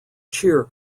cheer